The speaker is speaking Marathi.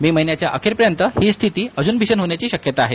मे महिन्याच्या अखेर पर्यत हि स्थिती अजून भीषण होण्याची शक्यता आहे